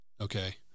Okay